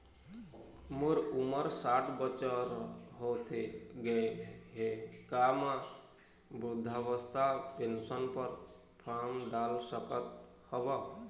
मोर उमर साठ बछर होथे गए हे का म वृद्धावस्था पेंशन पर फार्म डाल सकत हंव?